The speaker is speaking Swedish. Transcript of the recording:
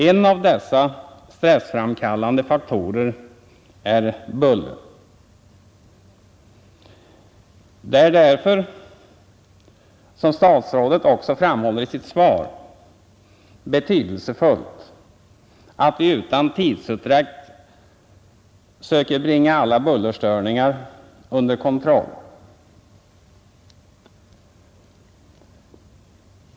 En av dessa stressframkallande faktorer är buller. Det är därför — som statsrådet också framhåller i sitt svar — betydelsefullt att vi utan tidsutdräkt söker bringa alla bullerstörningar under kontroll.